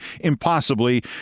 impossibly